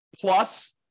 Plus